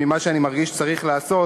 ממה שאני מרגיש שצריך לעשות,